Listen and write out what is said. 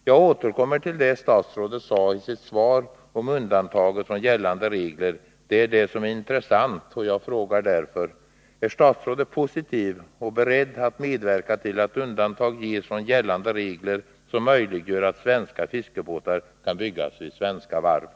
Jag återkommer till det statsrådet sade i sitt svar om undantaget från gällande regler. Det är det som är intressant, och jag frågar därför: Är statsrådet positiv och beredd att medverka till att undantag görs från gällande regler som möjliggör att svenska fiskebåtar kan byggas vid varv i Sverige?